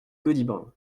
gaudiband